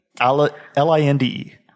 L-I-N-D-E